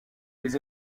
les